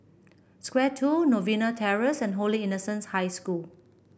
Square Two Novena Terrace and Holy Innocents' High School